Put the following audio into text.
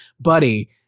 buddy